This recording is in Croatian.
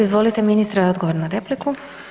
Izvolite ministre odgovor na repliku.